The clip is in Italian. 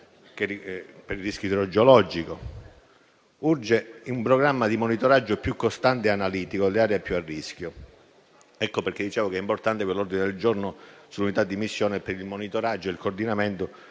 per il rischio idrogeologico. Urge quindi un programma di monitoraggio più costante e analitico delle aree più a rischio. Ecco perché è importante l'ordine del giorno sull'unità di missione per il monitoraggio e il coordinamento